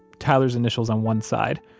tyler's initials on one side,